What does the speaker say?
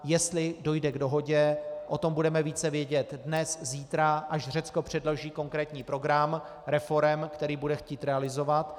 Jestli dojde k dohodě, o tom budeme více vědět dnes, zítra, až Řecko předloží konkrétní program reforem, který bude chtít realizovat.